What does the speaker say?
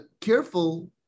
careful